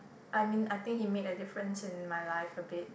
I mean I think he made a difference in my life a bit